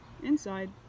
inside